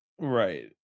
right